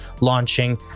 launching